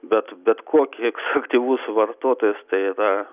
bet bet kokis aktyvus aktyvus vartotojas tai yra